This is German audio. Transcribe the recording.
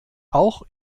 auch